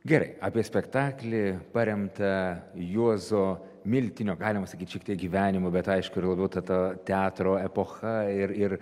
gerai apie spektaklį paremtą juozo miltinio galima sakyt šiek tiek gyvenimu bet aišku ir labiau ta ta teatro epocha ir ir